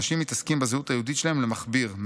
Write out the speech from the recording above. אנשים מתעסקים בזהות היהודית שלהם למכביר,